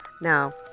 Now